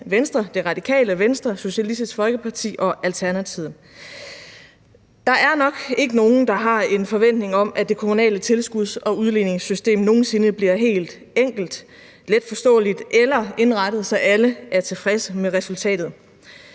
Venstre, Det Radikale Venstre, Socialistisk Folkeparti og Alternativet. Der er nok ikke nogen, der har en forventning om, at det kommunale tilskuds- og udligningssystem nogen sinde bliver helt enkelt, let forståeligt eller indrettet, så alle er tilfredse med resultatet.